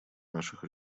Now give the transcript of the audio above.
наших